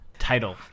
title